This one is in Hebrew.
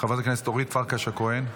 חברת הכנסת אורית פרקש הכהן.